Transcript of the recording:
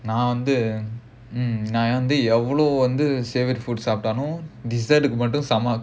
நான் வந்து:naan vandhu mm நான் வந்து எவ்ளோ வந்து:naan vandhu evlo vandhu food சாப்பிட்டாலும்:saappittaalum dessert கு மட்டும்:ku mattum